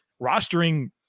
rostering